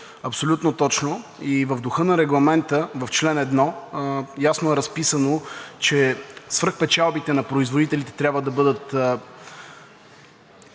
абсолютно точно. И в духа на Регламента – чл. 1, ясно е разписано, че свръхпечалбите на производителите трябва да бъдат